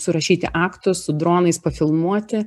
surašyti aktus su dronais pafilmuoti